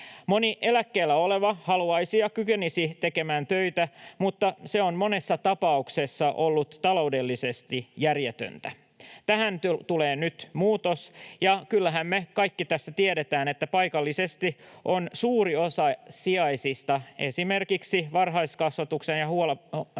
Moni eläkkeellä oleva haluaisi tehdä töitä ja kykenisi tekemään, mutta se on monessa tapauksessa ollut taloudellisesti järjetöntä. Tähän tulee nyt muutos, ja kyllähän me kaikki tässä tiedetään, että paikallisesti suuri osa sijaisista esimerkiksi varhaiskasvatuksen ja hoivan